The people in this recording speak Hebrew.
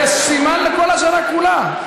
זה סימן לכל השנה כולה.